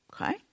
Okay